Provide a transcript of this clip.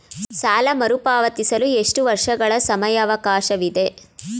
ಸಾಲ ಮರುಪಾವತಿಸಲು ಎಷ್ಟು ವರ್ಷಗಳ ಸಮಯಾವಕಾಶವಿದೆ?